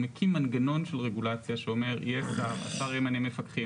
הוא מקים מנגנון של רגולציה שאומר שהשר ימנה מפקחים,